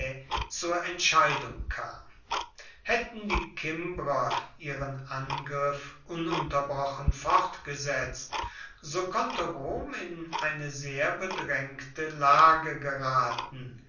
zur entscheidung kam hätten die kimbrer ihren angriff ununterbrochen fortgesetzt so konnte rom in eine sehr bedrängte lage geraten